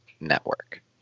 network